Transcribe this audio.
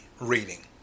reading